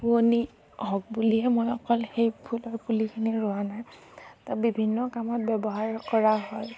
শুৱনি হওক বুলিয়ে মই অকল সেই ফুলৰ পুলিখিনি ৰুৱা নাই তাক বিভিন্ন কামত ব্যৱহাৰ কৰা হয়